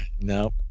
No